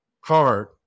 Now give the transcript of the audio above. hard